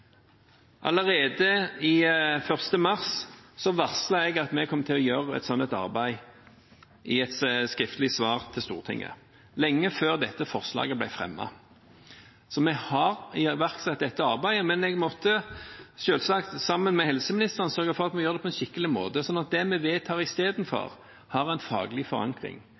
Allerede 1. mars varslet jeg i et skriftlig svar til Stortinget om at vi kommer til å gjøre et slikt arbeid – lenge før dette forslaget ble fremmet. Så vi har iverksatt dette arbeidet, men jeg måtte selvsagt sammen med helseministeren sørge for at vi gjør det på en skikkelig måte, slik at det vi vedtar istedenfor, har en faglig forankring,